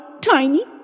tiny